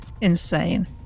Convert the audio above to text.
insane